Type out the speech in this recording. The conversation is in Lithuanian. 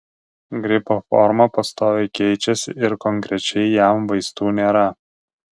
gripo forma pastoviai keičiasi ir konkrečiai jam vaistų nėra